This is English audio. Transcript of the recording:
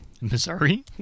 Missouri